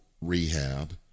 rehab